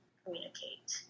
communicate